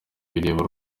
bireba